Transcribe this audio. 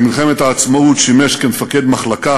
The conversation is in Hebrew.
במלחמת העצמאות שימש מפקד מחלקה